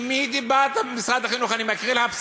עם מי דיברת במשרד החינוך?